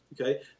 Okay